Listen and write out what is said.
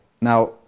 Now